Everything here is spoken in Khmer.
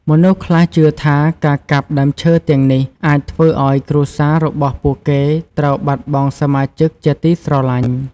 មនុស្សខ្លះជឿថា ការកាប់ដើមឈើទាំងនេះអាចធ្វើឱ្យគ្រួសាររបស់ពួកគេត្រូវបាត់បង់សមាជិកជាទីស្រឡាញ់។